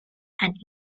and